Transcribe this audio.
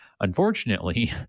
unfortunately